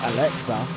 Alexa